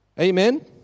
Amen